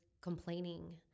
complaining